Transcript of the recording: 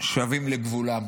שבים לגבולם.